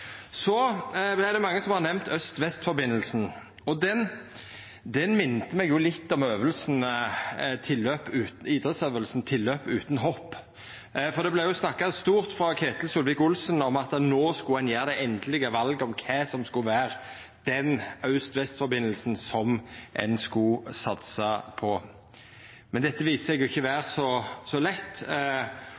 Så er det mange som har nemnt aust–vest-forbindelsen. Den minte meg litt om idrettsøvinga tilløp utan hopp. For det vart snakka stort frå Ketil Solvik-Olsen om at no skulle ein gjera det endelege valet om kva som skulle vera aust–vest-forbindelsen som ein skulle satsa på. Men dette viste seg ikkje å vera så lett,